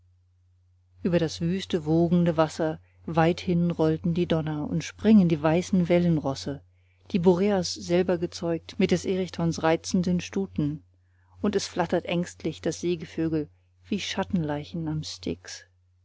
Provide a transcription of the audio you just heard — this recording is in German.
über das wüste wogende wasser weithin rollen die donner und springen die weißen wellenrosse die boreas selber gezeugt mit des erichthons reizenden stuten und es flattert ängstlich das seegevögel wie schattenleichen am